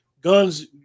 guns